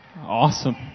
Awesome